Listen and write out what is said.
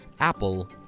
apple